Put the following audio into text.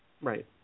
Right